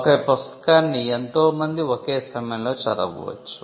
ఒక పుస్తకాన్ని ఎంతో మంది ఒకే సమయంలో చదవవచ్చు